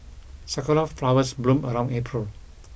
sakura flowers bloom around April